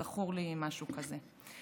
זכור לי משהו כזה.